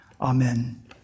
Amen